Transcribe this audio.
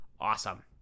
awesome